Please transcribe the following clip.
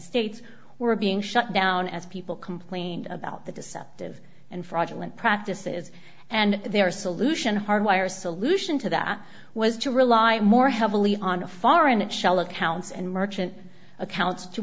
states were being shut down as people complained about the deceptive and fraudulent practices and their solution hardwire solution to that was to rely more heavily on foreign and shell accounts and merchant accounts to